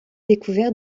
découvert